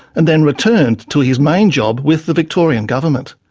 and then returned to his main job with the victorian government.